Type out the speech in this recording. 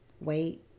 Wait